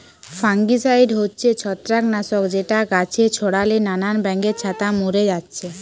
fungicide হচ্ছে ছত্রাক নাশক যেটা গাছে ছোড়ালে নানান ব্যাঙের ছাতা মোরে যাচ্ছে